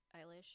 Eilish